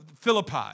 Philippi